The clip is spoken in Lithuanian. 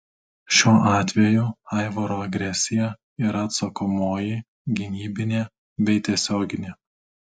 šiuo atveju aivaro agresija yra atsakomoji gynybinė bei tiesioginė